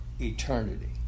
eternity